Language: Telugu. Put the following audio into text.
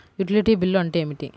యుటిలిటీ బిల్లు అంటే ఏమిటి?